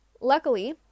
Luckily